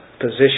position